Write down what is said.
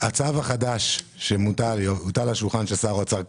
הצו החדש שמונח על שולחן שר האוצר,